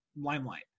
limelight